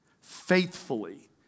faithfully